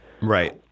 Right